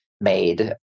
made